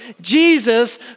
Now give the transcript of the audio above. Jesus